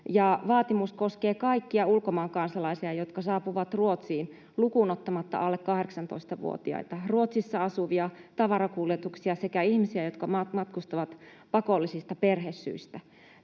vaatimus koskee kaikkia ulkomaan kansalaisia, jotka saapuvat Ruotsiin, lukuun ottamatta alle 18-vuotiaita, Ruotsissa asuvia, tavarakuljetuksia sekä ihmisiä, jotka matkustavat pakollisista perhesyistä.